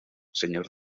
señor